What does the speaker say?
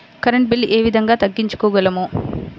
Current bill ఏ విధంగా తగ్గించుకోగలము?